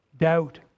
Doubt